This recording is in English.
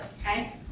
okay